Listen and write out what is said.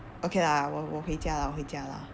okay lah 我我回家我回家 lah